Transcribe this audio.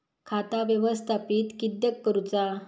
खाता व्यवस्थापित किद्यक करुचा?